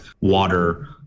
water